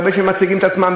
הרבה שמציגים את עצמם,